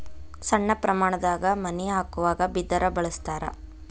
ಸಣ್ಣ ಪ್ರಮಾಣದಾಗ ಮನಿ ಹಾಕುವಾಗ ಬಿದರ ಬಳಸ್ತಾರ